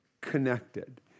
connected